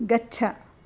गच्छ